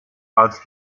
als